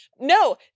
No